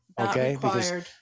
Okay